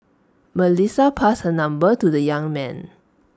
Melissa passed her number to the young man